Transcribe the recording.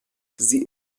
sie